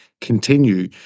continue